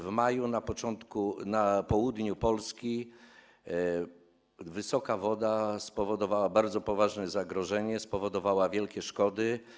W maju na południu Polski wysoka woda spowodowała bardzo poważne zagrożenie, spowodowała wielkie szkody.